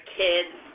kids